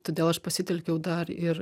todėl aš pasitelkiau dar ir